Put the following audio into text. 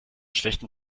schlechten